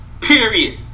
Period